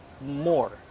more